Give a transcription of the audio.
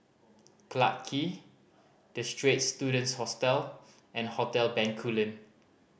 Clarke Quay The Straits Students Hostel and Hotel Bencoolen